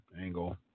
angle